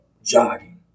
Jogging